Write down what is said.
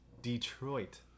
Detroit